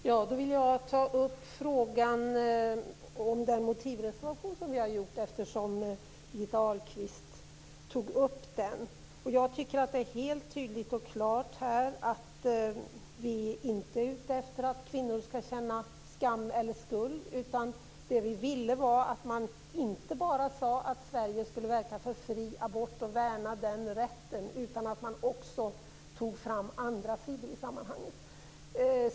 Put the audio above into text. Fru talman! Jag vill säga något om den motivreservation som vi har gjort eftersom Birgitta Ahlqvist tog upp den. Jag tycker att det är helt tydligt och klart att vi inte är ute efter att kvinnor skall känna skam eller skuld. Det vi ville var att man inte bara sade att Sverige skulle verka för fri abort och värna den rätten utan att man också tog fram andra sidor i sammanhanget.